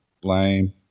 Blame